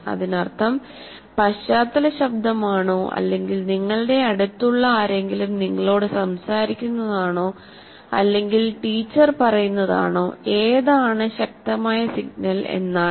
അതിനർത്ഥം പശ്ചാത്തല ശബ്ദമാണോ അല്ലെങ്കിൽ നിങ്ങളുടെ അടുത്തുള്ള ആരെങ്കിലും നിങ്ങളോട് സംസാരിക്കുന്നതാണോ അല്ലെങ്കിൽ ടീച്ചർ പറയുന്നതാണോ ഏതാണ് ശക്തമായ സിഗ്നൽ എന്നാണ്